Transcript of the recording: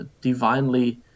divinely